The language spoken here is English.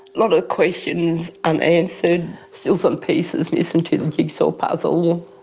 lot of questions unanswered, still some pieces missing to the jigsaw puzzle.